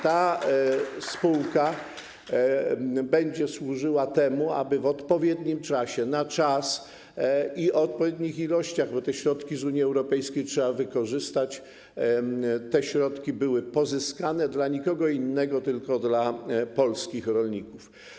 Ta spółka będzie służyła temu, aby w odpowiednim czasie, na czas i o odpowiednich ilościach, bo te środki z Unii Europejskiej trzeba wykorzystać, te środki były pozyskane dla nikogo innego, tylko dla polskich rolników.